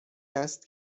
است